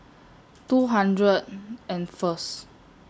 two hundred and First